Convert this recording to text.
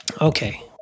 Okay